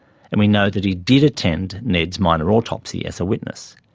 and we know that he did attend ned's minor autopsy as a witness.